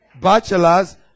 bachelors